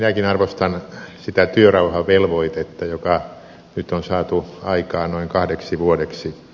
minäkin arvostan sitä työrauhavelvoitetta joka nyt on saatu aikaan noin kahdeksi vuodeksi